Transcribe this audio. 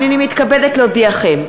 הנני מתכבדת להודיעכם,